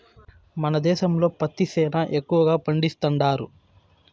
మన దేశంలో పత్తి సేనా ఎక్కువగా పండిస్తండారు